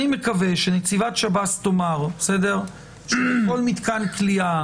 אני מקווה שנציבת שב"ס תאמר שבכל מתקן כליאה